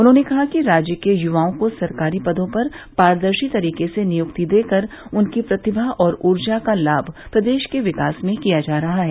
उन्होंने कहा कि राज्य के युवाओं को सरकारी पदों पर पारदर्शी तरीके से नियुक्ति देकर उनकी प्रतिभा और ऊर्जा का लाभ प्रदेश के विकास में किया जा रहा है